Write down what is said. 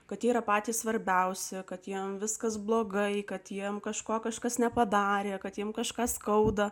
kad yra patys svarbiausi kad jiems viskas blogai kad jiems kažko kažkas nepadarė kad jiems kažkas skauda